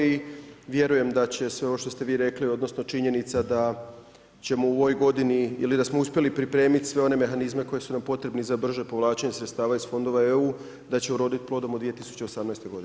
I vjerujem da sve ovo što ste vi rekli, odnosno, činjenica da ćemo u ovoj godini ili da smo uspjeli pripremiti sve one mehanizme koje su nam potrebne za brže povlačenje sredstava iz fondova EU, da će uroditi plodom u 2018. g.